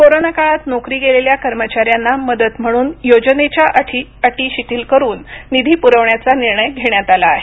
corona काळात नोकरी गेलेल्या कर्मचाऱ्यांना मदत म्हणून योजनेच्या अटी शिथील करून निधी पुरवण्याचा निर्णय घेण्यात आला आहे